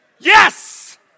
Yes